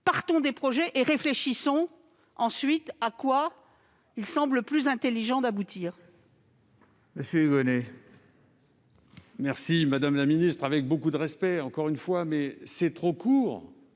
partons des projets, et réfléchissons ensuite à ce à quoi il semble le plus intelligent d'aboutir.